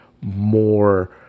more